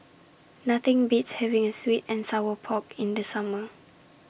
Nothing Beats having A Sweet and Sour Pork in The Summer